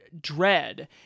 Dread